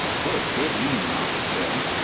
twere good you knock'd him.